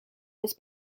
his